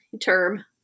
term